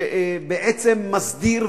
שבעצם מסדיר,